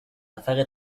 affaires